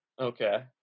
okay